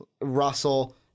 Russell